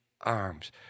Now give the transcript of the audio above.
arms